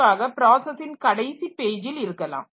குறிப்பாக பிராசசின் கடைசி பேஜில் இருக்கலாம்